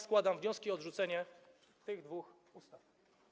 Składam wnioski o odrzucenie tych dwóch ustaw.